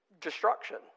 destruction